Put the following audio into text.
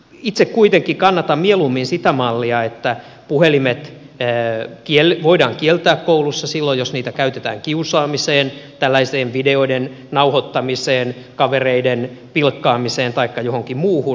itse kuitenkin kannatan mieluummin sitä mallia että puhelimet voidaan kieltää koulussa silloin jos niitä käytetään kiusaamiseen tällaiseen videoiden nauhoittamiseen kavereiden pilkkaamiseen taikka johonkin muuhun